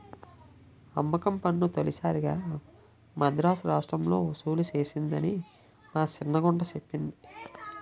అమ్మకం పన్ను తొలిసారిగా మదరాసు రాష్ట్రం ఒసూలు సేసిందని మా సిన్న గుంట సెప్పింది